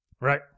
right